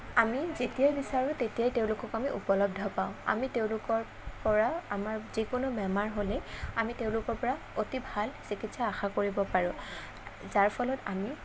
আমি যেতিয়াই বিচাৰোঁ তেতিয়াই তেওঁলোকক আমি উপলব্ধ পাওঁ আমি তেওঁলোকৰপৰা আমাৰ যিকোনো বেমাৰ হ'লে আমি তেওঁলোকৰপৰা অতি ভাল চিকিৎসা আশা কৰিব পাৰোঁ যাৰ ফলত আমি